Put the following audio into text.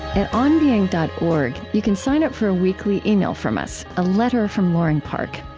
at onbeing dot org, you can sign up for a weekly email from us, a letter from loring park.